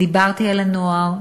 דיברתי על הנוער,